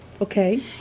Okay